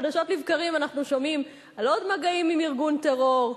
חדשות לבקרים אנחנו שומעים על עוד מגעים עם ארגון טרור,